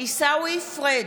עיסאווי פריג'